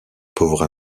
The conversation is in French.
pauvre